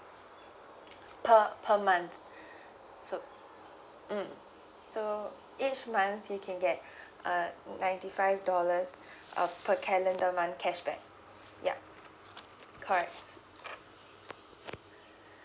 per per month so mm so each month you can get a ninety five dollars uh per calendar month cashback yup correct